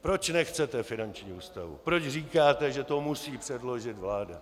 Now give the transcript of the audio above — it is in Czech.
Proč nechcete finanční ústavu, proč říkáte, že to musí předložit vláda.